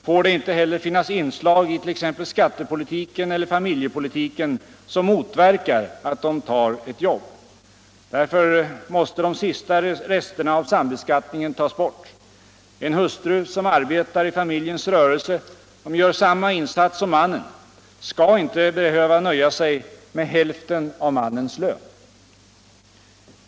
får det inte heller finnas inslag i t.ex. skattepolitiken eller familjepolitiken som motverkar att de tar ett jobb. Därför måste de sista resterna av sambeskattningen tas bort. En hustru som arbetar i familjens rörelse och gör samma insats som mannen skall inte behöva nöja sig med hälften av mannens lön.